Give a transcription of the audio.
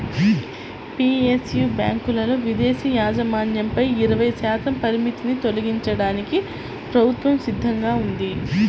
PSU బ్యాంకులలో విదేశీ యాజమాన్యంపై ఇరవై శాతం పరిమితిని తొలగించడానికి ప్రభుత్వం సిద్ధంగా ఉంది